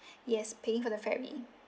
yes paying for the ferry